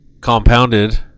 Compounded